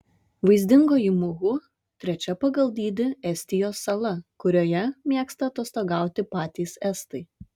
vaizdingoji muhu trečia pagal dydį estijos sala kurioje mėgsta atostogauti patys estai